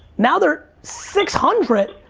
now they're six hundred,